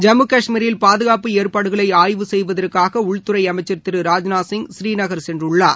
ஜம்மு கஷ்மீரில் பாதுகாப்பு ஏற்பாடுகளை ஆய்வு செய்வதற்காக உள்துறை அமைச்ச் திரு ராஜ்நாத்சிங் புரீநகர் சென்றுள்ளார்